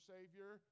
Savior